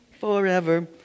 forever